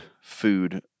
food